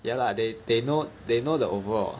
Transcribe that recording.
ya lah they they know they know the overall